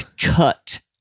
cut